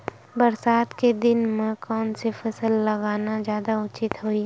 बरसात के दिन म कोन से फसल लगाना जादा उचित होही?